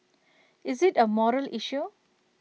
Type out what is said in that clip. is IT A moral issue